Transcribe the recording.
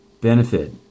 benefit